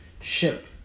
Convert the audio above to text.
ship